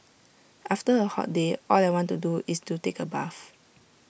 after A hot day all I want to do is to take A bath